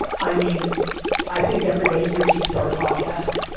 i mean i think everybody here should start a podcast.